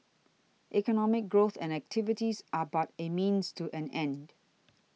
economic growth and activities are but a means to an end